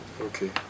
okay